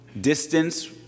distance